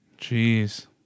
Jeez